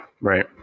Right